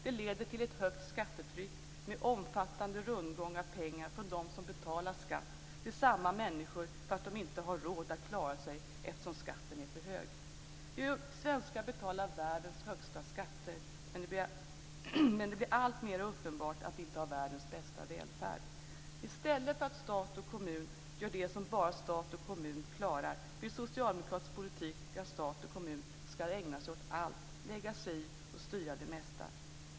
Det leder till ett högt skattetryck, med omfattande rundgång av pengar från dem som betalar skatt till samma människor för att de inte har råd att klara sig själva eftersom skatten är för hög. Vi svenskar betalar världens högsta skatter, men det blir alltmera uppenbart att vi inte har världens bästa välfärd. I stället för att stat och kommun gör det som bara stat och kommun klarar vill socialdemokratisk politik att stat och kommun ska ägna sig åt allt, lägga sig i och styra det mesta.